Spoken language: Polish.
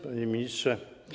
Panie Ministrze!